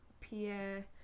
Pierre